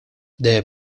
they